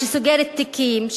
שסוגרת תיקים,